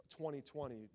2020